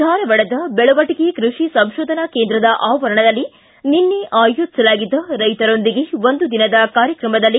ಧಾರವಾಡದ ಬೆಳವಟಗಿ ಕೃಷಿ ಸಂಶೋಧನಾ ಕೇಂದ್ರದ ಆವರಣದಲ್ಲಿ ನಿನ್ನೆ ಆಯೋಜಿಸಲಾಗಿದ್ದ ರೈತರೊಂದಿಗೆ ಒಂದು ದಿನ ಕಾರ್ಯಕ್ರಮದಲ್ಲಿ